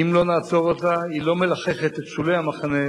לא מלחכת את שולי המחנה.